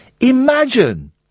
Imagine